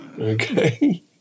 Okay